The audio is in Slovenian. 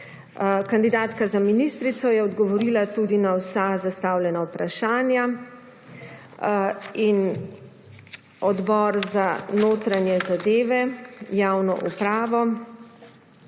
Kandidatka za ministrico je odgovorila tudi na vsa zastavljena vprašanja in Odbor za notranje zadeve, javno upravo